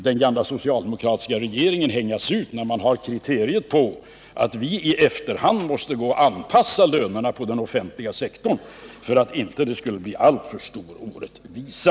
Den gamla socialdemokratiska regeringen skall inte hängas ut när man har kriterier på att viiefterhand var tvungna att anpassa lönerna på den offentliga sektorn för att det inte skulle bli alltför stor orättvisa.